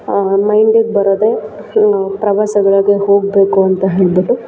ಮೈಂಡಿಗೆ ಬರೋದೇ ಪ್ರವಾಸಗಳಿಗೆ ಹೋಗಬೇಕು ಅಂತ ಹೇಳಿಬಿಟ್ಟು